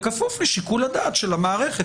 בכפוף לשיקול הדעת של המערכת,